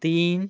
तीन